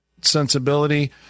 sensibility